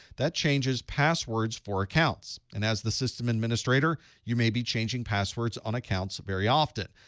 that changes passwords for accounts, and as the system administrator, you may be changing passwords on accounts very often.